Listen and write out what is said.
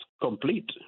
complete